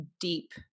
deep